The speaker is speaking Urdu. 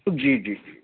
جی جی جی